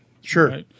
Sure